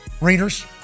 readers